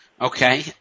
Okay